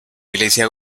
iglesia